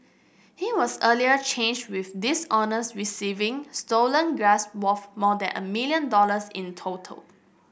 he was earlier charged with dishonest receiving stolen gas worth more than a million dollars in total